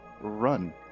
run